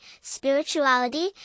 spirituality